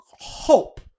hope